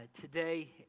today